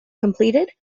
completed